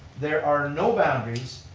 there are no boundaries.